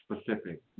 Specific